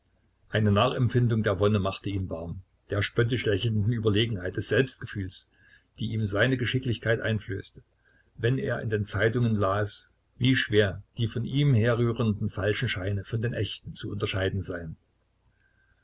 eine nachempfindung der wonne machte ihn warm der spöttisch lächelnden überlegenheit des selbstgefühls die ihm seine geschicklichkeit einflößte wenn er in den zeitungen las wie schwer die von ihm herrührenden falschen scheine von den echten zu unterscheiden seien